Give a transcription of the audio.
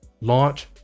Launch